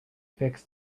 fix